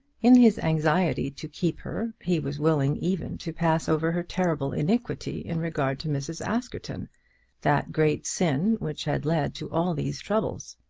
in his anxiety to keep her he was willing even to pass over her terrible iniquity in regard to mrs. askerton that great sin which had led to all these troubles.